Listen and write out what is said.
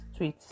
tweets